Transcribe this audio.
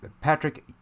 Patrick